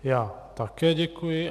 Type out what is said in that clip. Já také děkuji.